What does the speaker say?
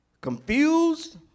confused